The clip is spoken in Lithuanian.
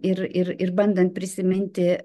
ir ir ir bandant prisiminti